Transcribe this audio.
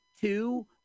two